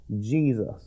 Jesus